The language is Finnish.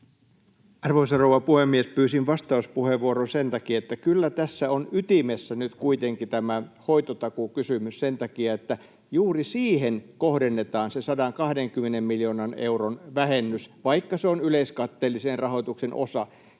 Arvoisa rouva puhemies! Pyysin vastauspuheenvuoron sen takia, että kyllä tässä on ytimessä nyt kuitenkin tämä hoitotakuukysymys sen takia, että juuri siihen kohdennetaan se 120 miljoonan euron vähennys, vaikka se on yleiskatteellisen rahoituksen osa.